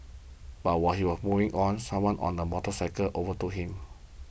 but while he was moving on someone on a motorcycle overtook him